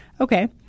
Okay